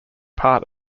part